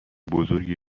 بزرگی